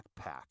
backpack